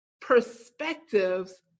perspectives